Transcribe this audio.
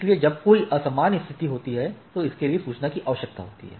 इसलिए जब कोई असामान्य स्थिति होती है तो इसके लिए सूचना की आवश्यकता होती है